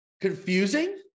Confusing